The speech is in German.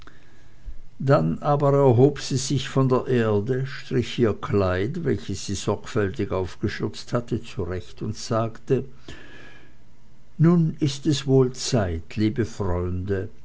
dann aber erhob sie sich von der erde strich ihr kleid welches sie sorgfältig aufgeschürzt hatte zurecht und sagte nun ist es wohl zeit liebe freunde